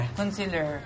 concealer